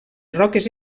roques